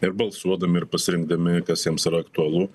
ir balsuodami ir pasirinkdami kas jiems yra aktualu